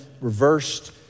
reversed